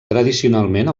tradicionalment